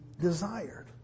desired